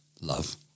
Love